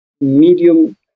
medium